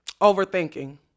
Overthinking